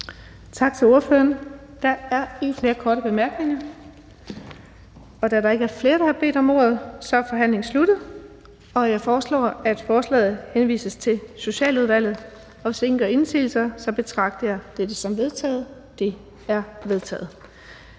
Tak til ministeren. Så er der ikke flere korte bemærkninger. Da der ikke er flere, der har bedt om ordet, er forhandlingen sluttet. Jeg foreslår, at lovforslaget henvises til Sundhedsudvalget. Og hvis ingen gør indsigelse, betragter jeg dette som vedtaget. Det er vedtaget.